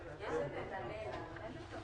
כשהגשנו את הדיון המהיר דיברנו על גיל 45 כגיל